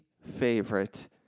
Favorite